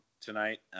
tonight